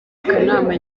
akanama